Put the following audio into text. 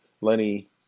Lenny